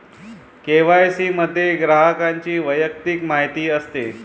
KYC मध्ये ग्राहकाची वैयक्तिक माहिती असते